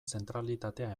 zentralitatea